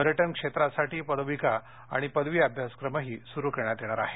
पर्यटन क्षेत्रासाठी पदविका आणि पदवी अभ्यासक्रमही सुरू करण्यात येणार आहे